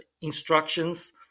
instructions